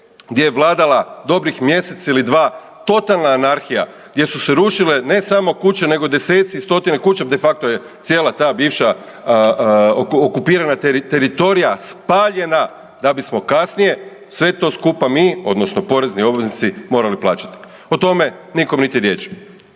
gdje je vladala dobrih mjesec ili dva totalna anarhija gdje su se rušile ne samo kuće, nego deseci i stotine kuća de facto je cijela ta bivša okupirana teritorija spaljena da bismo kasnije sve to skupa mi odnosno porezni obveznici morali plaćati. O tome nikom niti riječi